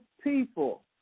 people